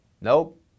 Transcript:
Nope